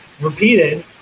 repeated